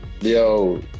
Yo